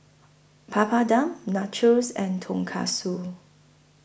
Papadum Nachos and Tonkatsu